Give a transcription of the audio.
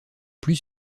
plus